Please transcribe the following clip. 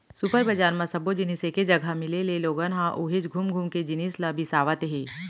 super बजार म सब्बो जिनिस एके जघा मिले ले लोगन ह उहेंच घुम घुम के जिनिस ल बिसावत हे